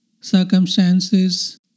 circumstances